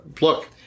look